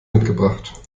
mitgebracht